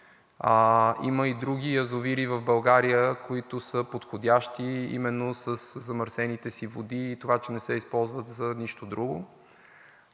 Има и други язовири в България, които са подходящи именно със замърсените си води и това, че не се използват за нищо друго.